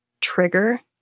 trigger